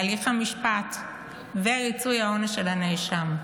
בהליך המשפט ובריצוי העונש של הנאשם.